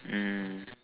mm